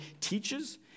teaches